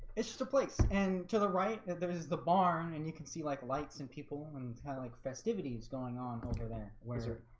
it's just a place and to the right that there's the barn, and you can see like lights and people and kind of like festivities going on over there wiser